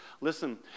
Listen